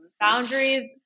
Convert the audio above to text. boundaries